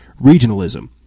regionalism